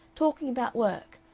talking about work,